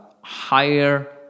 higher